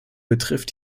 betrifft